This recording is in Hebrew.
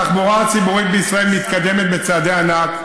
התחבורה הציבורית בישראל מתקדמת בצעדי ענק.